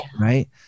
right